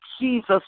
Jesus